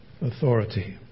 authority